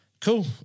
cool